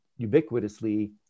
ubiquitously